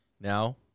Now